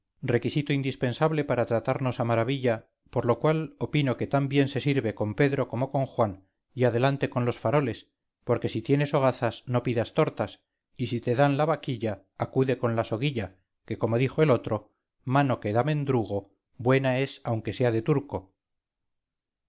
requisito indispensable para tratarnosa maravilla por lo cual opino que tan bien se sirve con pedro como con juan y adelante con los faroles porque si tienes hogazas no pidas tortas y si te dan la vaquilla acude con la soguilla que como dijo el otro mano que da mendrugo buena es aunque sea de turco